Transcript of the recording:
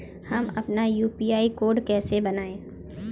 हम अपना UPI code कैसे बनाएँ?